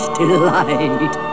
delight